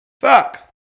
fuck